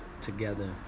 together